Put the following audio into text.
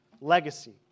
legacy